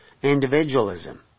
Individualism